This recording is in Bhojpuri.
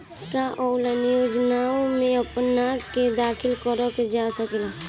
का ऑनलाइन योजनाओ में अपना के दाखिल करल जा सकेला?